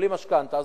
בלי משכנתה,